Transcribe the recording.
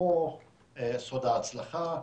ופה סוד ההצלחה,